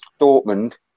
Dortmund